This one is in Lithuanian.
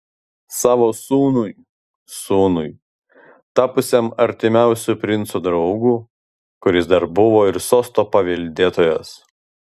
savo sūnui sūnui tapusiam artimiausiu princo draugu kuris dar buvo ir sosto paveldėtojas